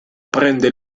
prende